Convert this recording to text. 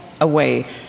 away